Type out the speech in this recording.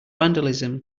vandalism